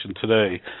today